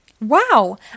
Wow